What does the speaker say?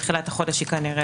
כנראה,